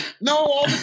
No